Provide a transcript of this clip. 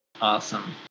Awesome